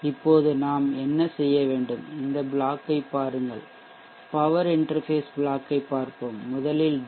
இப்போது நாம் என்ன செய்ய வேண்டும் இந்த பிளாக்கை பாருங்கள் பவர் இன்டெர்ஃபேஷ் பிளாக்கைப் பார்ப்போம் முதலில் டி